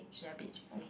ya beige okay